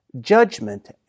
judgment